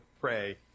pray